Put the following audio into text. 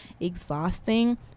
exhausting